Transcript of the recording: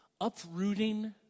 uprooting